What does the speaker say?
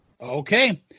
Okay